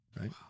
Right